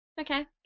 okay